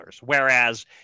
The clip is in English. Whereas